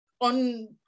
on